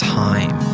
time